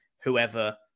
whoever